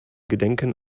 gedenken